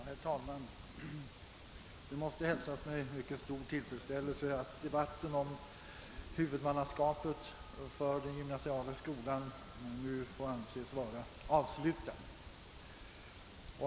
Herr talman! Det måste hälsas med stor tillfredsställelse att debatten om huvudmannaskapet för den gymnasiala skolan nu får anses vara avslutad.